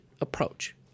approach